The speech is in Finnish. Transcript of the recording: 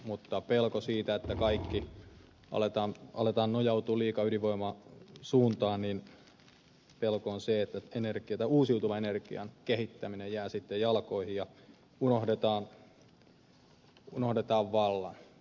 mutta jos aletaan nojautua liikaa ydinvoimasuuntaan niin pelko on se että uusiutuvan energian kehittäminen jää sitten jalkoihin ja unohdetaan vallan